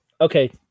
okay